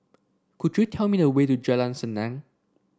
could you tell me the way to Jalan Senang